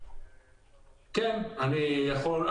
כן, אני יכול.